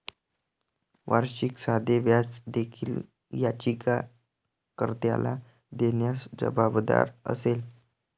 वार्षिक साधे व्याज देखील याचिका कर्त्याला देण्यास जबाबदार असेल